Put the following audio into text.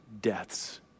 deaths